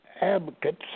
Advocates